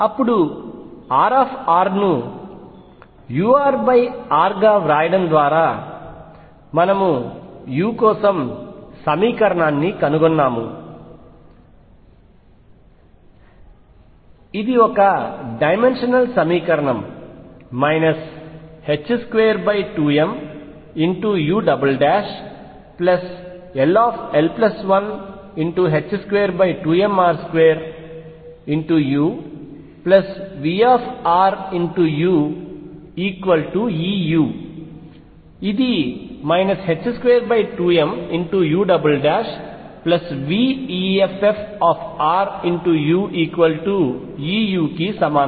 అప్పుడు R ను urr గా వ్రాయడం ద్వారా మనము u కోసం సమీకరణాన్ని కనుగొన్నాము ఇది ఒక డైమెన్షనల్ సమీకరణం 22mull122mr2uVruEu ఇది 22muveffruEu కు సమానం